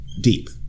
deep